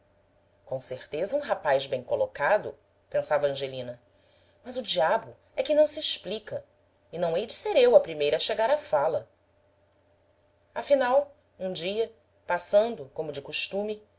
com certeza um rapaz bem colocado pensava angelina mas o diabo é que não se explica e não hei de ser eu a primeira a chegar à fala afinal um dia passando como de costume